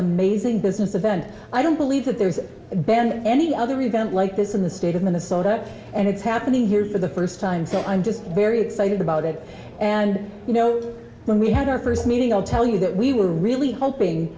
amazing business event i don't believe the there's than any other event like this in the state of minnesota and it's happening here for the first time so i'm just very excited about it and you know when we had our first meeting i'll tell you that we were really hoping